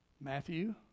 Matthew